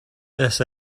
this